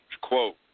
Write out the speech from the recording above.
Quote